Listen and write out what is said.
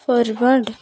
forward